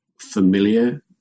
familiar